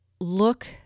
look